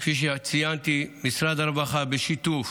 כפי שציינתי, משרד הרווחה, בשיתוף